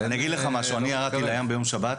אני ירדתי לים ביום שבת,